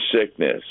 sickness